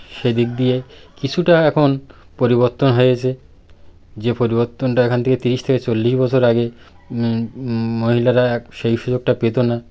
সেদিক দিয়ে কিছুটা এখন পরিবর্তন হয়েছে যে পরিবর্তনটা এখন থেকে তিরিশ থেকে চল্লিশ বছর আগে মহিলারা সেই সুযোগটা পেত না